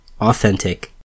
authentic